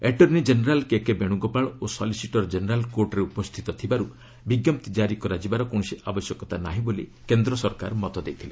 attorney general KK Venugopal ଓ solicitor general କୋର୍ଟରେ ଉପସ୍ଥିତ ଥିବାରୁ ବିଜ୍ଞପ୍ତି କାରି କରାଯିବାର କୌଣସି ଆବଶ୍ୟକତା ନାହିଁ ବୋଲି କେନ୍ଦ୍ର ସରକାର ମତ ଦେଇଥିଲେ